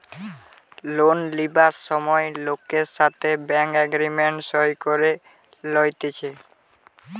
loan লিবার সময় লোকের সাথে ব্যাঙ্ক এগ্রিমেন্ট সই করে লইতেছে